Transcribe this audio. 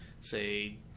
say